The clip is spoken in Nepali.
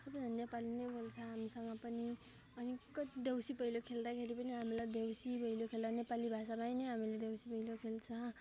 सबैजना नेपाली नै बोल्छ हामीसँग पनि अनि देउसी भैलो खेल्दाखेरि पनि हामीलाई देउसी भैलो खेल्दा नेपाली भाषामा नै हामीले देउसी भैलो खेल्छ